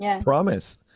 promise